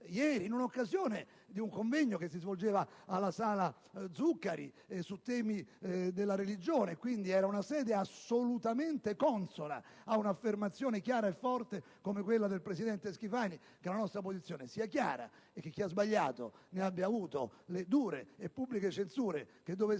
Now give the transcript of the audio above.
grazie a tutti